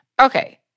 Okay